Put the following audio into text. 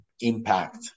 impact